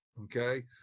okay